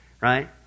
Right